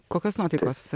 kokios nuotaikos